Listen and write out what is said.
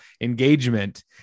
engagement